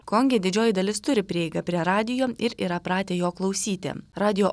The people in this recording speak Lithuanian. konge didžioji dalis turi prieigą prie radijo ir yra pratę jo klausyti radijo